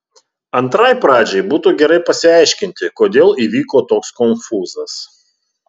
antrai pradžiai būtų gerai pasiaiškinti kodėl įvyko toks konfūzas